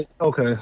okay